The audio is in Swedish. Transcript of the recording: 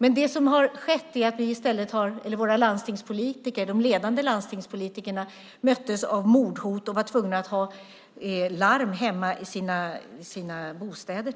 Men det som skedde var att våra ledande landstingspolitiker möttes av mordhot och var tvungna att ha larm hemma i sina bostäder.